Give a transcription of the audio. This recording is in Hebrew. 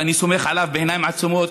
ואני סומך עליו בעיניים עצומות,